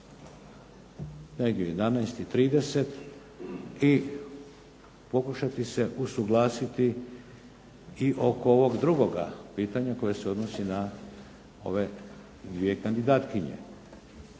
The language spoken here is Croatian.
negdje u 11 i 30 i pokušati se usuglasiti i oko ovog drugoga pitanja koje se odnosi na ove dvije kandidatkinje.